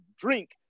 drink